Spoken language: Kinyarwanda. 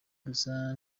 gusa